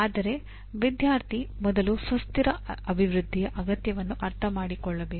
ಆದರೆ ವಿದ್ಯಾರ್ಥಿ ಮೊದಲು ಸುಸ್ಥಿರ ಅಭಿವೃದ್ಧಿಯ ಅಗತ್ಯವನ್ನು ಅರ್ಥಮಾಡಿಕೊಳ್ಳಬೇಕು